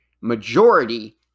majority